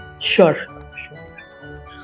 sure